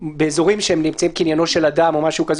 באזורים שהם קניינו של אדם או משהו כזה,